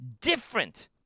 different